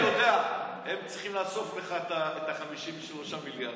הם צריכים לאסוף לך את ה-53 מיליארד.